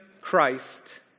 Christ